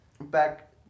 back